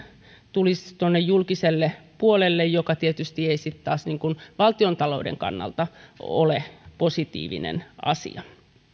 tulisivat julkiselle puolelle mikä tietysti ei taas valtiontalouden kannalta ole positiivinen asia